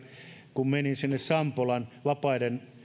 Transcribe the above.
kun menin sampolan vapaiden